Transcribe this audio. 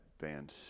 band